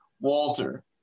Walter